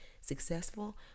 successful